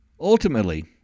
Ultimately